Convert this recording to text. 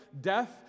death